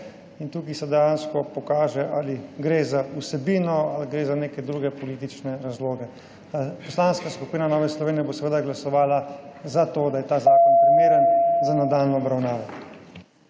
in tukaj se dejansko pokaže, ali gre za vsebino ali gre za neke druge politične razloge. Poslanska skupina Nova Slovenija bo seveda glasovala za to, da je ta zakon primeren za nadaljnjo obravnavo.